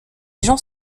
gens